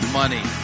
money